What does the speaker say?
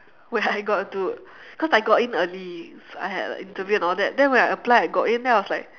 when I got into because I got in early so I had like interview and all that then when I applied and I got in then I was like